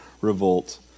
revolt